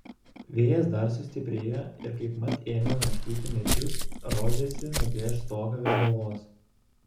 vėjas dar sustiprėjo ir kaipmat ėmė lankstyti medžius rodėsi nuplėš stogą virš galvos